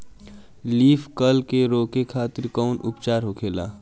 Leaf curl के रोके खातिर कउन उपचार होखेला?